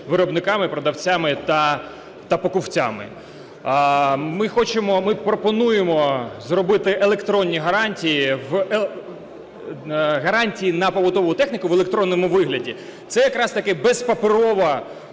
виробниками, продавцями та покупцями. Ми хочемо, ми пропонуємо зробити електронні гарантії, гарантії на побутову техніку в електронному вигляді. Це якраз-таки безпаперова